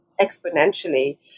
exponentially